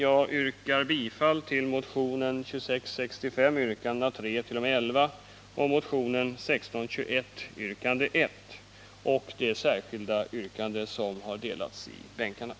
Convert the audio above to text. Jag yrkar bifall till motion 2665 yrkandena 3-11 och till det